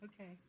Okay